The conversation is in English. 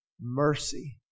mercy